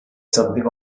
something